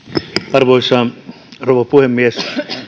arvoisa rouva puhemies